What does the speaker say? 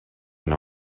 and